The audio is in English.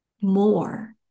more